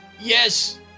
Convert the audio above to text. Yes